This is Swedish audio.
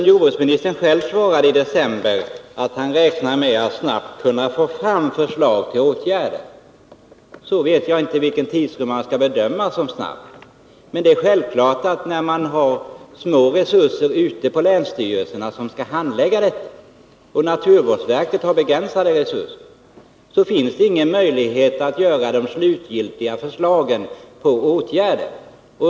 Jordbruksministern sade själv i december att han räknade med att snabbt få fram förslag till åtgärder, men jag vet inte vilken tidrymd man då skall räkna med. Eftersom länsstyrelserna, som skall handlägga dessa frågor, har små resurser och naturvårdsverket har begränsade resurser, finns ingen möjlighet att lämna slutgiltiga förslag till åtgärder.